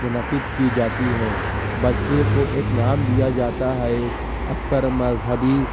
منعقد کی جاتی ہے بچے کو ایک نام دیا جاتا ہے اکثر مذہبی